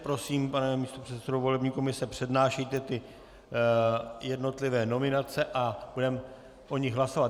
Prosím, pane místopředsedo volební komise, přednášejte jednotlivé nominace a budeme o nich hlasovat.